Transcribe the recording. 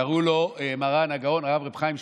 קראו לו מרן הגאון רב חיים שמואלביץ,